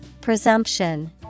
Presumption